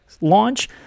launch